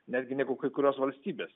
netgi negu kai kurios valstybės